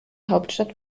hauptstadt